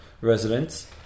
residents